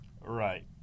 Right